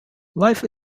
life